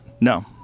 No